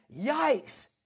yikes